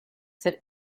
that